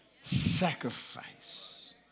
sacrifice